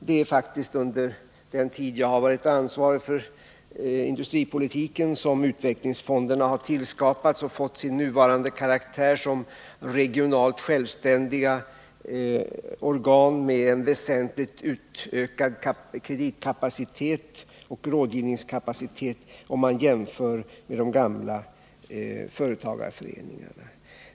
Det är faktiskt under den tid jag varit ansvarig för industripolitiken som utvecklingsfonderna har tillskapats och fått sin nuvarande karaktär som regionalt självständiga organ med en väsentligt utökad kreditoch rådgivningskapacitet, om man jämför med de gamla företagarföreningarna.